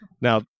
Now